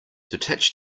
detach